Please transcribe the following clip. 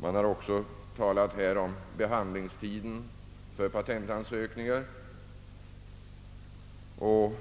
Här har man också talat om behandlingstiden för patentansökningar och